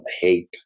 Hate